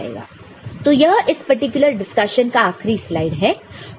तो यह इस पर्टिकुलर डिस्कशन का आखरी स्लाइड है